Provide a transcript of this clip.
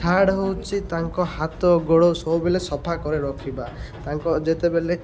third ହେଉଛି ତାଙ୍କ ହାତ ଗୋଡ଼ ସବୁବେଳେ ସଫା କରେ ରଖିବା ତାଙ୍କ ଯେତେବେଳେ